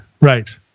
Right